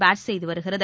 bad செய்துவருகிறது